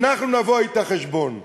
אנחנו נבוא אתה חשבון.